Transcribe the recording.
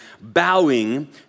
bowing